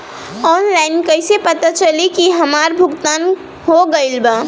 Online कईसे पता चली की हमार भुगतान हो गईल बा?